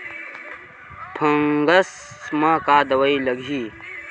Fungus म का दवाई लगी?